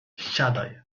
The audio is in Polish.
siadaj